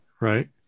Right